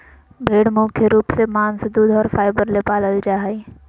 भेड़ मुख्य रूप से मांस दूध और फाइबर ले पालल जा हइ